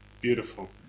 Beautiful